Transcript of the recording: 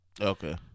Okay